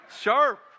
Sharp